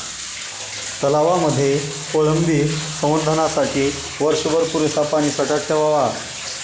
तलावांमध्ये कोळंबी संवर्धनासाठी वर्षभर पुरेसा पाणीसाठा ठेवावा